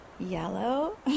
yellow